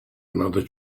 another